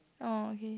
oh okay